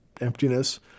emptiness